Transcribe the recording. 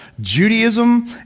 Judaism